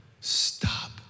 stop